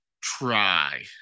try